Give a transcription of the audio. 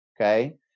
Okay